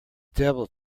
devil